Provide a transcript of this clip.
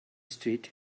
street